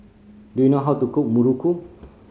do you know how to cook muruku